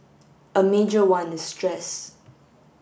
a major one is stress